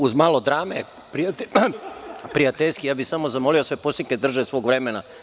Uz malo drame, prijateljski, ja bih samo zamolio sve poslanike da se drže svog vremena.